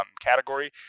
category